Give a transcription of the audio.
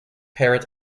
parrot